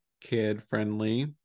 kid-friendly